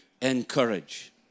encourage